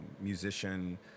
musician